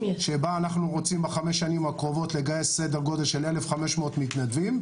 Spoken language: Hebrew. שבה אנחנו רוצים בחמש שנים הקרובות לגייס סדר גודל של 1,500 מתנדבים.